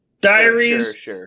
Diaries